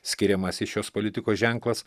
skiriamasis šios politikos ženklas